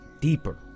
deeper